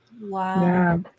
Wow